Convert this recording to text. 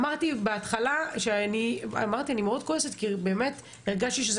אמרתי בהתחלה שאני מאוד כועסת כי הרגשתי שזה